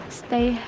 stay